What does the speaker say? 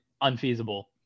unfeasible